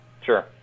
Sure